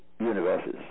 universes